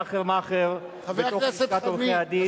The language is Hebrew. סחר-מכר בתוך לשכת עורכי-הדין,